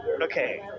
okay